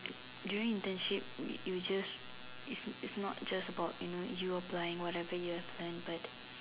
during internship you just it's it's not just about you know you applying whatever you have learnt but